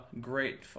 great